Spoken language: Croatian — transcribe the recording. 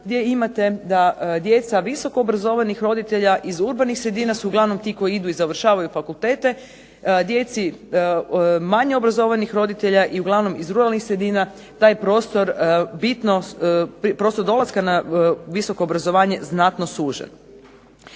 gdje imate da djeca visoko obrazovanih roditelja iz urbanih sredina su uglavnom ti koji idu i završavaju fakultete. Djeci manje obrazovanih roditelja i uglavnom iz ruralnih sredina taj prostor dolaska na visoko obrazovanje znatno sužen.